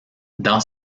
dans